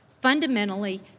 Fundamentally